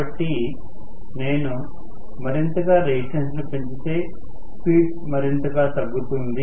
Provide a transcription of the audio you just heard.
కాబట్టి నేను మరింతగా రెసిస్టెన్స్ ను పెంచితే స్పీడ్ మరింతగా తగ్గుతుంది